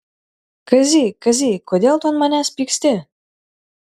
kazy kazy kodėl tu ant manęs pyksti